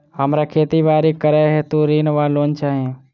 हमरा खेती बाड़ी करै हेतु ऋण वा लोन चाहि?